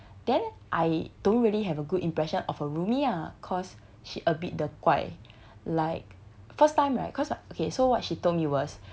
then I don't really have a good impression of her roomie ah cause she a bit the 怪 like first time right cause okay so what she told me was